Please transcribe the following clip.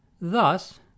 Thus